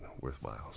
worthwhile